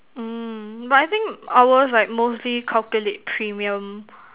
mm but I think ours like mostly calculate premium